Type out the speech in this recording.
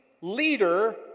leader